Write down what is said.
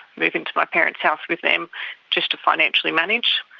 move into my parents' house with them just to financially manage.